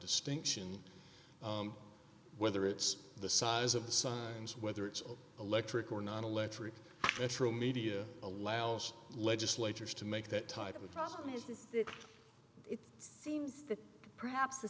distinction whether it's the size of the signs whether it's electric or non electric metromedia allows legislatures to make that type of a problem is this it seems that perhaps the